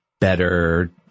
better